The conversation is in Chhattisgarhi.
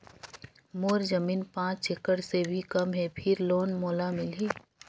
मोर जमीन पांच एकड़ से भी कम है फिर लोन मोला मिलही?